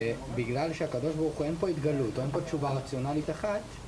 בגלל שהקדוש ברוך הוא אין פה התגלות, או אין פה תשובה רציונלית אחת...